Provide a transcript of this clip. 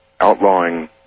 outlawing